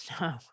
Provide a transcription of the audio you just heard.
No